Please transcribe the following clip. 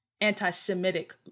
anti-Semitic